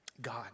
God